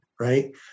Right